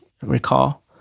Recall